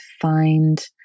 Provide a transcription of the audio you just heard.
find